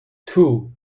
two